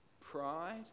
pride